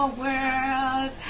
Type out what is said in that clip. world